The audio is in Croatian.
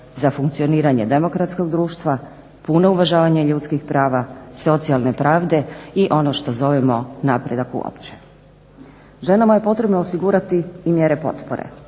za funkcioniranje demokratskog društva, puno uvažavanje ljudskih prava, socijalne pravde i ono što zovemo napredak uopće. Ženama je potrebno osigurati i mjere potpore.